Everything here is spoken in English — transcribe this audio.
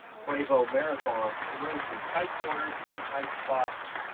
prevost marathon through some tight corners and some tight spots.